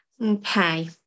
Okay